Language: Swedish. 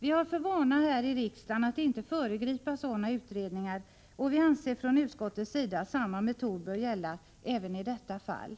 Vi har för vana här i riksdagen att inte föregripa sådana utredningar, och vi anser från utskottets sida att samma princip bör gälla även i detta fall.